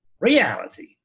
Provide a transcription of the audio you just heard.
reality